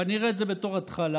ואני אראה את זה בתור התחלה.